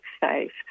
safe